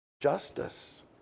justice